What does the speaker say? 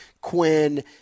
Quinn